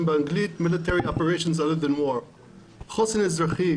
באנגלית military operation- -- חוסן אזרחי.